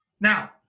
now